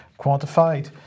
quantified